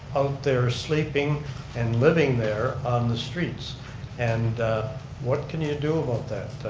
there sleeping and living there on the streets and what can you do about that?